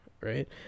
right